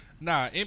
Nah